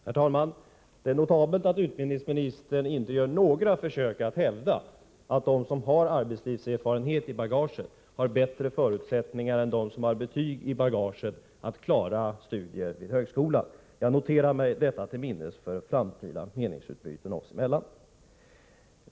Herr talman! Det är notabelt att utbildningsministern inte gör några försök att hävda att de som har arbetslivserfarenhet i bagaget har bättre förutsättningar än de som har betyg att klara studier vid högskolan. Med tanke på framtida meningsutbyten mellan oss noterar jag detta.